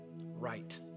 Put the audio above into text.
right